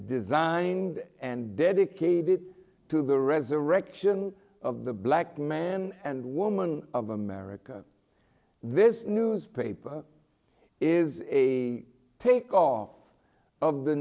designed and dedicated to the resurrection of the black man and woman of america this newspaper is a takeoff of the